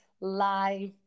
live